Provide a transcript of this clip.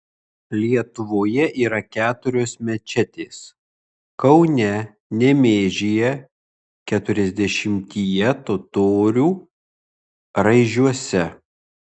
lietuvoje yra keturios mečetės kaune nemėžyje keturiasdešimtyje totorių raižiuose